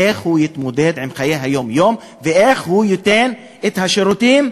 איך הוא יתמודד עם חיי היום-יום ואיך הוא ייתן את השירותים?